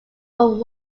from